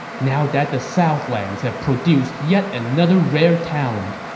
now that the southlands have produced yet another rare talent,